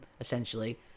essentially